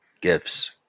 gifts